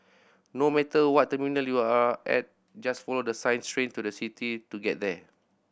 no matter what terminal you are at just follow the signs Train to the City to get there